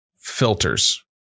filters